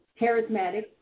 charismatic